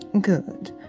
Good